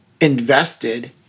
invested